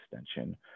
extension